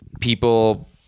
People